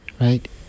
right